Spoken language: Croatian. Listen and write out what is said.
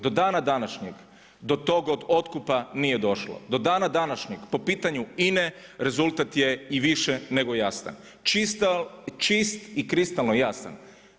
Do dana današnjeg do tog otkupa nije došlo, do dana današnjeg po pitanju INA-e rezultat je i više nego jasan, čist i kristalno jasan.